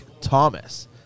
thomas